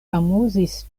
amuzis